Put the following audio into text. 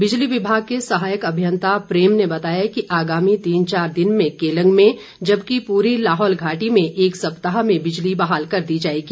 बिजली विभाग के सहायक अभियन्ता प्रेम ने बताया कि आगामी तीन चार दिन में केलंग में जबकि पूरी लाहौल घाटी में एक सप्ताह में बिजली बहाल कर दी जाएगी